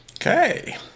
Okay